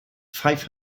five